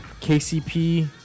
KCP